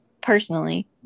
personally